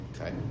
Okay